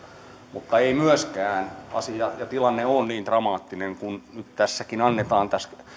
mutta ei myöskään asia ja tilanne ole niin dramaattinen kuin tässäkin annetaan